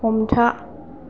हमथा